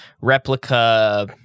replica